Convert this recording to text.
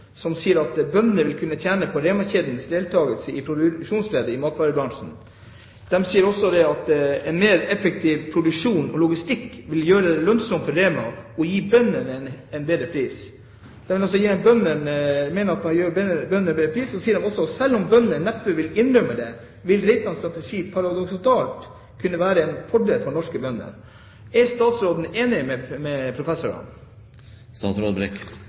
som reiser og prater med alle, bortsett fra Nortura, da. Mandag 1. mars skriver to professorer, Frank Asche og Atle G. Guttormsen, i Dagens Næringsliv: «Bøndene vil kunne tjene på Rema-kjedens deltakelse i produksjonsleddet i matvarebransjen.» De sier videre: «En mer effektiv produksjon og logistikk vil gjøre det lønnsomt for Rema å gi bøndene en høyere pris.» De mener at ved å gi bøndene en bedre pris, og selv om bøndene neppe vil innrømme det, vil Reitans strategi paradoksalt nok kunne være en fordel for norske bønder. Er statsråden enig med